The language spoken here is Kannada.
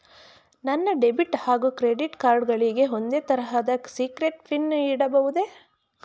ನನ್ನ ಡೆಬಿಟ್ ಹಾಗೂ ಕ್ರೆಡಿಟ್ ಕಾರ್ಡ್ ಗಳಿಗೆ ಒಂದೇ ತರಹದ ಸೀಕ್ರೇಟ್ ಪಿನ್ ಇಡಬಹುದೇ?